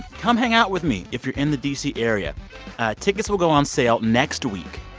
come hang out with me if you're in the d c. area tickets will go on sale next week,